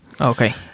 Okay